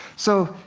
so,